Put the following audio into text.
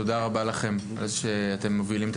תודה רבה לכם על כך שאתם מובילים את